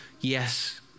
yes